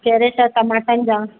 carat टमाटनि जा